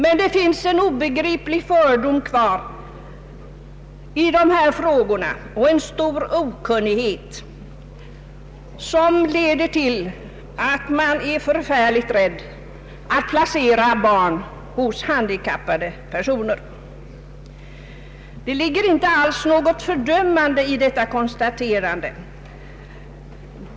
Men i dessa frågor finns det kvar en obegriplig fördom och en stor okunnighet, som leder till att man är förfärligt rädd att placera barn hos handikappade personer. Det ligger inte alls något fördömande i detta konstaterande.